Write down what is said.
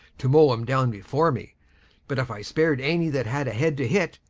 to mow em downe before me but if i spar'd any that had a head to hit,